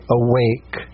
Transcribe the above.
awake